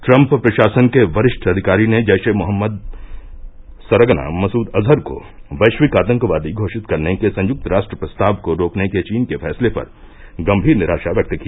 Trump प्रशासन के वरिष्ठ अधिकारी ने जैश ए मोहम्मद सरगना मसूद अजहर को वैश्विक आतंकवादी घोषित करने के संयुक्त राष्ट्र प्रस्ताव को रोकने के चीन के फैसले पर गंभीर निराशा व्यक्त की